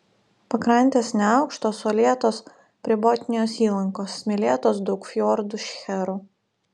pakrantės neaukštos uolėtos prie botnijos įlankos smėlėtos daug fjordų šcherų